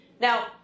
Now